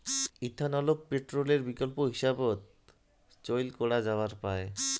ইথানলকে পেট্রলের বিকল্প হিসাবত চইল করা যাবার পায়